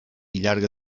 llarga